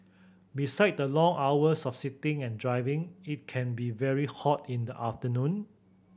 besides the long hours of sitting and driving it can be very hot in the afternoon